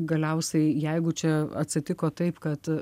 galiausiai jeigu čia atsitiko taip kad